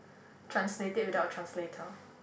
translate it without a translator